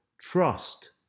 Trust